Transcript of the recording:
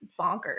bonkers